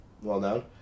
well-known